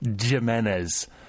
Jimenez